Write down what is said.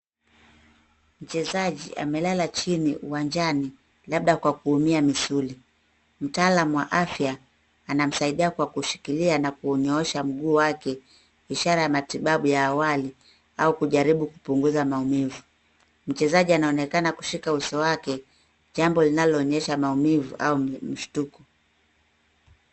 Mchezaji amelala chini uwanjani, labda kwa kuumia misuli. Mtaalamu wa afya anamsaidia kwa kushikilia na kuunyoosha mguu wake, ishara ya matibabu ya awali au kujaribu kupunguza maumivu. Mchezaji anaonekana kushika uso wake, jambo linaloonyesha maumivu au mshtuko.